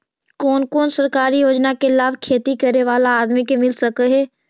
कोन कोन सरकारी योजना के लाभ खेती करे बाला आदमी के मिल सके हे?